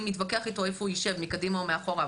ומישהו מתווכח איתו איפה הוא יישב מקדימה או מאחורה.